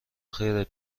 خیرت